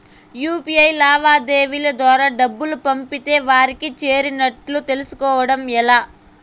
UPI లావాదేవీల ద్వారా డబ్బులు పంపితే వారికి చేరినట్టు తెలుస్కోవడం ఎలా?